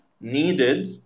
needed